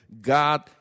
God